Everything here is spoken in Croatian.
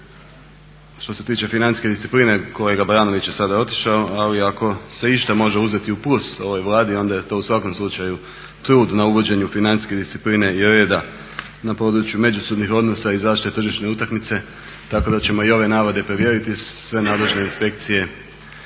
što se tiče financijske discipline, kolega Baranović je sada otišao, ali ako se išta može uzeti u plus ovoj Vladi onda je to u svakom slučaju trud na uvođenju financijske discipline i reda na području međusobnih odnosa i zaštite tržišne utakmice. Tako da ćemo i ove navode provjeriti. Sve nadležne inspekcije